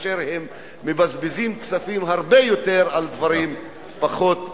כאשר הם מבזבזים הרבה יותר כספים על דברים פחות חשובים.